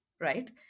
right